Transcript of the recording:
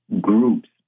groups